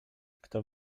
kto